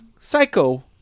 psycho